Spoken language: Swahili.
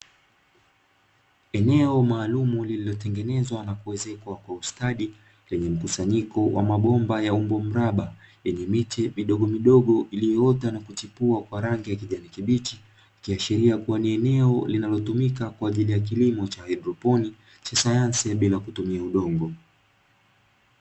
Eneo maalumu liliotengenezwa na kuezekwa kwa ustadi, lenye mkusanyiko wa mabomba ya maumbo mraba, yenye miche midogo midogo ulioota na kuchepua kwa rangi ya kijani kibichi ikiashiria kuwa ni eneo linalotumika kwa ajili ya kilimo cha kihaidroponi cha sayansi ya bila kutumia udongo.